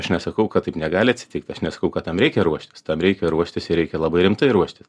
aš nesakau kad taip negali atsitikt aš nesakau kad tam reikia ruoštis tam reikia ruoštisir reikia labai rimtai ruoštis